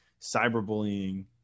cyberbullying